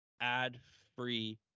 ad-free